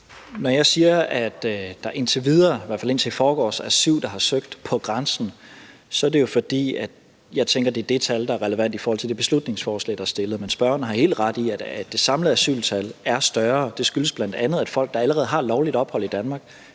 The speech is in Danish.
Når jeg siger, at der indtil videre, i hvert fald indtil i forgårs, er syv, der har søgt på grænsen, så er det jo, fordi jeg tænker, at det er det tal, der er relevant i forhold til det beslutningsforslag, der er fremsat. Men spørgeren har helt ret i, at det samlede asyltal er større. Det skyldes bl.a., at folk, der allerede har lovligt ophold i Danmark,